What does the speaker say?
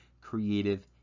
creative